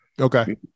okay